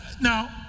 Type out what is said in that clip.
Now